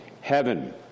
heaven